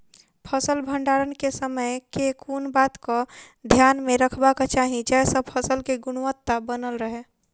फसल भण्डारण केँ समय केँ कुन बात कऽ ध्यान मे रखबाक चाहि जयसँ फसल केँ गुणवता बनल रहै?